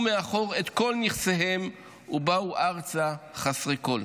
מאחור את כל נכסיהן ובאו ארצה חסרות כול.